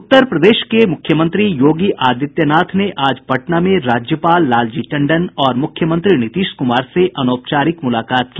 उत्तर प्रदेश के मुख्यमंत्री योगी आदित्यनाथ ने आज पटना में राज्यपाल लालजी टंडन और मुख्यमंत्री नीतीश कुमार से अनौपचारिक मुलाकात की